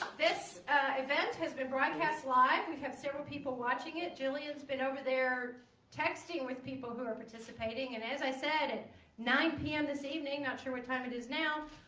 this event has been broadcast live we have several people watching it jillian's been over there texting with people who are participating and as i said and nine m. this evening not sure what time it is now